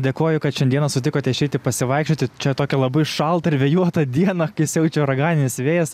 dėkoju kad šiandieną sutikote išeiti pasivaikščioti čia tokią labai šaltą ir vėjuotą dieną kai siaučia uraganinis vėjas